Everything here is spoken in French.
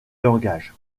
langage